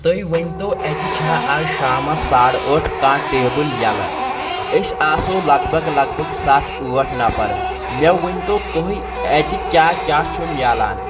تُہۍ ؤنۍ تو اتہِ چھا آز شامس ساڑٕ ٲٹھ کانٛہہ ٹیبٕل یلہٕ أسۍ آسو لگ بگ لگ بگ ستھ ٲٹھ نپرم مےٚ ؤنۍ تو تُہۍ اتہِ کیٛاہ کیٛاہ چھُ مِلان